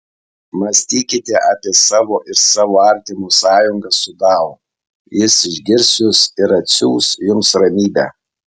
mąstykite apie savo ir savo artimo sąjungą su dao jis išgirs jus ir atsiųs jums ramybę